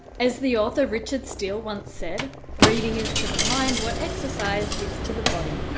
as the author richard steele once said, reading is to the mind what exercise is to the body.